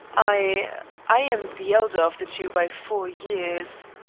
i i am the elder of the two by four years.